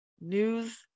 news